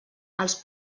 els